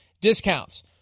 discounts